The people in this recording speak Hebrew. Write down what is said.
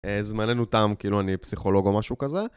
זמננו תם, כאילו אני פסיכולוג או משהו כזה.